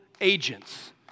agents